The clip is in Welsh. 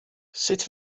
sut